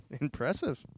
Impressive